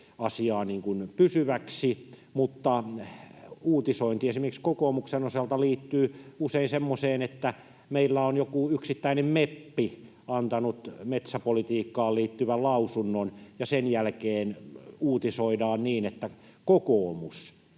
pysyväksi, mutta uutisointi esimerkiksi kokoomuksen osalta liittyy usein semmoiseen, että meillä on joku yksittäinen meppi antanut metsäpolitiikkaan liittyvän lausunnon, ja sen jälkeen uutisoidaan niin, että kokoomus